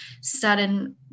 sudden